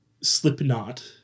slipknot